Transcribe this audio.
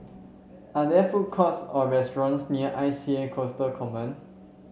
are there food courts or restaurants near I C A Coastal Command